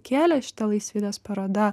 kėlė šita laisvydės paroda